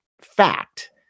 fact